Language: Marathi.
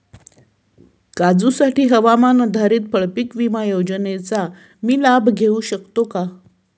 काजूसाठीच्या हवामान आधारित फळपीक विमा योजनेचा मी लाभ घेऊ शकतो का?